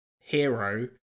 hero